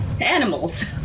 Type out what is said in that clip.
Animals